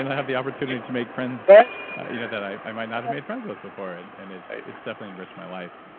and have the opportunity to make friends that i might not have made friends with before. and and it's it's definitely enriched my life,